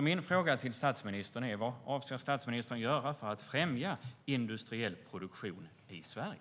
Min fråga till statsministern är därför: Vad avser statsministern att göra för att främja industriell produktion i Sverige?